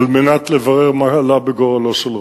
על מנת לברר מה עלה בגורלו של רון.